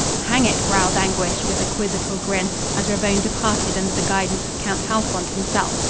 hang it, growled anguish, with a quizzical grin, as ravone departed under the guidance of count halfont himself,